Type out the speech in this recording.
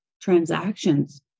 transactions